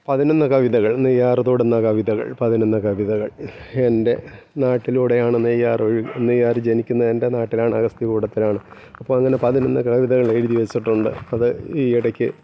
പതിനൊന്ന് കവിതകൾ നെയ്യാര് തൊടുന്ന കവിതകൾ പതിനൊന്ന് കവിതകൾ എൻ്റെ നാട്ടിലൂടെയാണ് നെയ്യാർ ഒഴു നെയ്യാർ ജനിക്കുന്ന എൻ്റെ നാട്ടിലാണ് അഗസ്ത്യകൂടത്തിലാണ് അപ്പോള് അങ്ങനെ പതിനൊന്ന് കവിതകളെഴുതി വച്ചിട്ടുണ്ട് അത് ഈയിടയ്ക്ക്